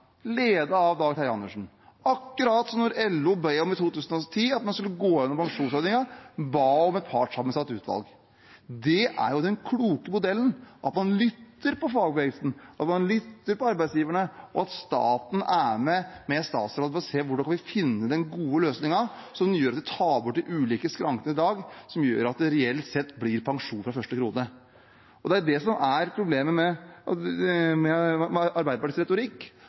akkurat som da LO i 2010 ba om at man skulle gå igjennom pensjonsordningen, og ba om et partssammensatt utvalg. Det er den kloke modellen: at man lytter til fagbevegelsen, at man lytter til arbeidsgiverne, og at staten, ved statsråden, er med for å se på hvordan vi kan finne den gode løsningen, slik at man tar bort de ulike skrankene i dag, og slik at det reelt sett blir pensjon fra første krone. Det som er problemet med Arbeiderpartiets retorikk, er at det virker som om de ønsker å lage falske motsetninger mellom Senterpartiet og dem selv, fordi sakens retorikk